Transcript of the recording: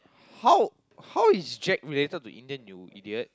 how how is Jack related to Indian you idiot